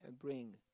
bring